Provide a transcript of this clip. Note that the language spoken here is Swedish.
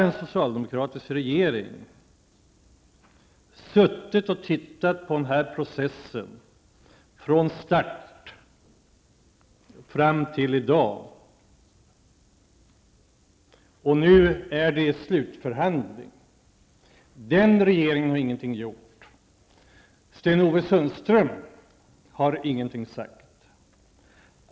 En socialdemokratisk regering har suttit och tittat på den här processen från start fram till i dag, och nu är det slutförhandling. Den regeringen har ingenting gjort. Sten-Ove Sundström har ingenting sagt.